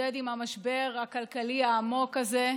להתמודד עם המשבר הכלכלי העמוק הזה.